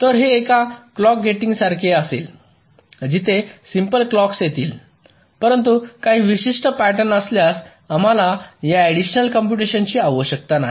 तर हे एका क्लॉक गेटिंगसारखे असेल जिथे सिम्पल क्लॉक्स येतील परंतु काही विशिष्ट प्याटर्न असल्यास आम्हाला या ऍडिशनल कॉम्पुटेशन ची आवश्यकता नाही